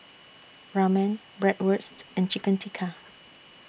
Ramen Bratwurst and Chicken Tikka